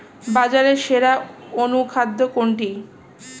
বাজারে সেরা অনুখাদ্য কোনটি?